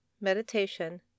meditation